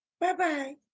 Bye-bye